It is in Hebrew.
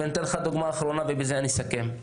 אני אתן לך דוגמה אחרונה ובזה אני אסכם.